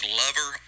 lover